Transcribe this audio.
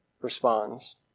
responds